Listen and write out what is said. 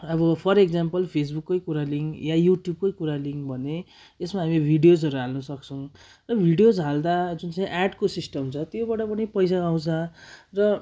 अब for example फेसबुककै कुरा लिउँ या युट्युबकै कुरा लिउँ भने यसमा हामी भिडियोजहरू हाल्न सक्सैँ भिडियोज हाल्दा जुन चाहिँ एडको सिस्टम छ त्योबाट पनि पैसा आउँछ र